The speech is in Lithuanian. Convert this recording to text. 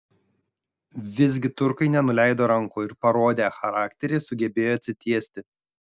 visgi turkai nenuleido rankų ir parodę charakterį sugebėjo atsitiesti